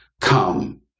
Come